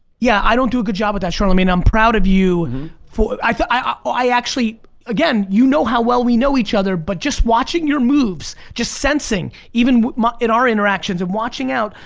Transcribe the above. yeah, i don't do a good job with that charlamagne and i'm proud of you for. i actually again, you know how well we know each other, but just watching your moves, just sensing even in our interactions of watching out,